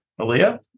Aaliyah